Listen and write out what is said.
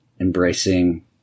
embracing